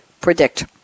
predict